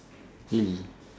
really